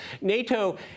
NATO